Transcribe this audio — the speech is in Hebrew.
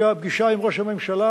בפגישה עם ראש הממשלה,